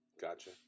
Gotcha